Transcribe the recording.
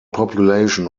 population